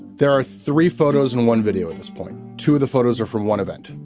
there are three photos and one video at this point. two of the photos are from one event.